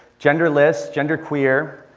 genderless, gender queer,